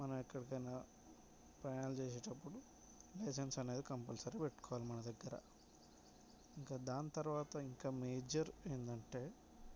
మనం ఎక్కడికైనా ప్రయాణాలు చేసేటప్పుడు లైసెన్స్ అనేది కంపల్సరిగా పెట్టుకోవాలి మన దగ్గర ఇంక దాని తర్వాత ఇంక మేజర్ ఏంటంటే